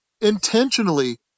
intentionally